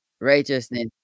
righteousness